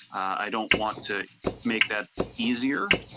i don't want to make that easier.